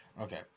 okay